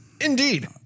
Indeed